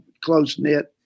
close-knit